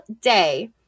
day